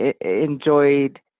enjoyed